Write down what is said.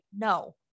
no